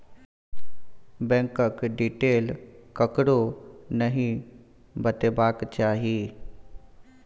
बैंकक डिटेल ककरो नहि बतेबाक चाही